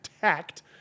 Tact